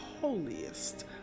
holiest